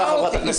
היא תקפה אותי.